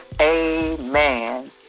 Amen